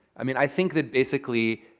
i mean i think that basically,